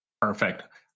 Perfect